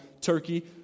turkey